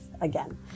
again